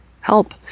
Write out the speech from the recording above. help